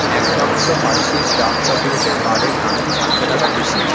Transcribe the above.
এক বাক্স Hershey's dark চকলেটের বার এর দাম কি সাতশো টাকার বেশি